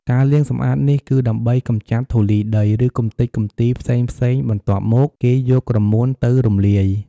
ការលាងសម្អាតនេះគឺដើម្បីកម្ចាត់ធូលីដី ឬកំទេចកំទីផ្សេងៗបន្ទាប់មក គេយកក្រមួនទៅរំលាយ។